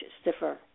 stiffer